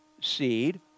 Seed